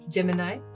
Gemini